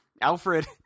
Alfred